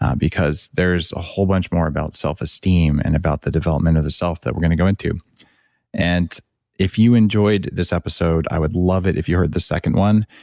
um because there's a whole bunch more about self-esteem and about the development of the self that we're going to go into and if you enjoyed this episode, i would love it, if you heard the second one,